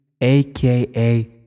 aka